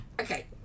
Okay